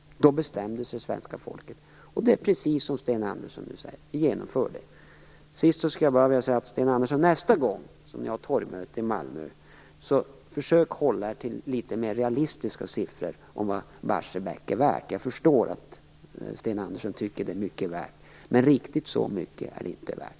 Då bestämde sig svenska folket. Det är precis som Sten Andersson nu säger. Vi genomför detta. Sist skulle jag bara vilja säga till Sten Andersson att nästa gång ni har torgmöte i Malmö, försök då hålla er till litet mer realistiska siffror om vad Barsebäck är värt. Jag förstår att Sten Andersson tycker att det är mycket värt, men riktigt så mycket är det inte värt.